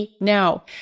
Now